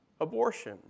abortion